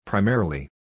Primarily